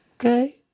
Okay